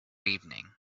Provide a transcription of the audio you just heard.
evening